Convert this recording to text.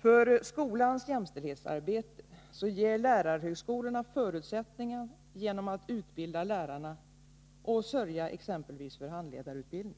För skolans jämställdhetsarbete ger lärarhögskolorna förutsättningar genom att utbilda lärarna och genom att sörja för exempelvis handledarutbildning.